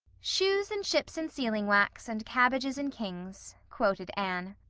shoes and ships and sealing wax and cabbages and kings quoted anne.